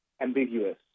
ambiguous